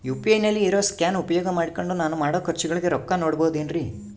UPI ನಲ್ಲಿ ಇರೋ scan ಉಪಯೋಗ ಮಾಡಿಕೊಂಡು ನಾನು ಮಾಡೋ ಖರ್ಚುಗಳಿಗೆ ರೊಕ್ಕ ನೇಡಬಹುದೇನ್ರಿ?